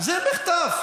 זה מחטף.